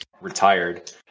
retired